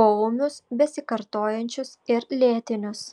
poūmius besikartojančius ir lėtinius